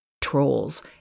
trolls